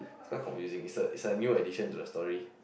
it's quite confusing is the is like new addition to the story